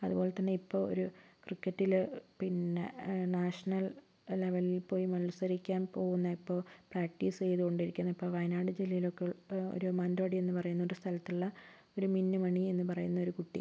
അതുപോലെ തന്നെ ഇപ്പോൾ ഒരു ക്രിക്കറ്റില് പിന്നെ നാഷണൽ ലെവലിൽ പോയി മത്സരിക്കാൻ പോവുന്ന ഇപ്പോൾ പ്രാക്റ്റീസ് ചെയ്തുകൊണ്ടിരിക്കുന്ന ഇപ്പോൾ വയനാട് ജില്ലയിലൊക്കെ ഒരു മൺറോഡി എന്നു പറയുന്ന സ്ഥലത്തുള്ള ഒരു മിന്നുമണി എന്ന് പറയുന്ന ഒരു കുട്ടി